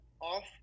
off